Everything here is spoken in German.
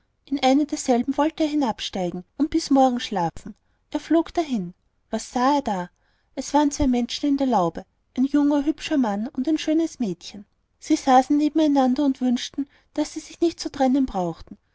in eine derselben wollte er hinabsteigen und bis morgen schlafen er flog dahin was sah er da es waren zwei menschen in der laube ein junger hübscher mann und ein schönes mädchen sie saßen neben einander und wünschten daß sie sich nicht zu trennen brauchten